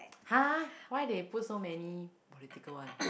!huh! why they put so many political one